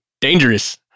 Dangerous